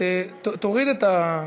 תוריד את,